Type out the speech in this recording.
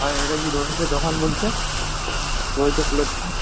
দোকান বলছেন